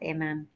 Amen